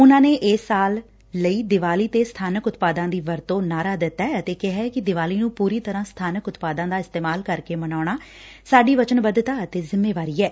ਉਨਾਂ ਨੇ ਇਸ ਸਾਲ ਦੀਵਾਲੀ ਤੇ ਸਬਾਨਕ ਉਤਪਾਦਾਂ ਦੀ ਵਰਤੋ ਨਾਅਰਾ ਦਿੱਤੈ ਅਤੇ ਕਿਹਾ ਕਿ ਦੀਵਾਲੀ ਨੂੰ ਪੂਰੀ ਤਰ੍ਰਾਂ ਸਥਾਨਕ ਉਤਪਾਦਾਂ ਦਾ ਇਸਤੇਮਾਲ ਕਰਕੇ ਮਨਾਉਣਾ ਸਾਡੀ ਵਚਨਬੱਧਤਾ ਅਤੇ ਜਿੰਮੇਵਾਰੀ ਐ